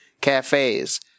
cafes